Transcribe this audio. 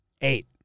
Eight